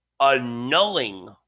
annulling